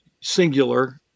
singular